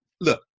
Look